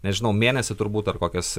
nežinau mėnesį turbūt ar kokias